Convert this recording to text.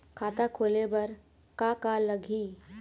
खाता खोले बर का का लगही?